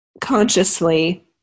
consciously